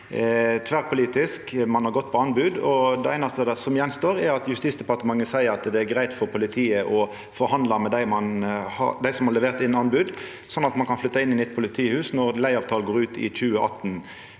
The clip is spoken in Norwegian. tverrpolitisk. Det har vore anbod. Det einaste som står att, er at Justisdepartementet seier at det er greitt for politiet å forhandla med dei som har levert inn anbod, sånn at ein kan flytta inn i nytt politihus når leigeavtalen går ut i 2028.